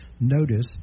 notice